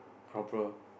corporal